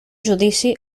judici